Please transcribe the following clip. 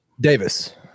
Davis